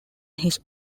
his